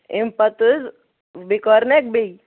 اَمہِ پَتہٕ بیٚیہِ کڑنَہ بیٚیہِ